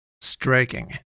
striking